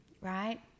right